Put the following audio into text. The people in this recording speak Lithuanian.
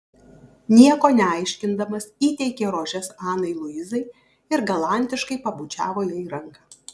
nieko neaiškindamas įteikė rožes anai luizai ir galantiškai pabučiavo jai ranką